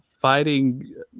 fighting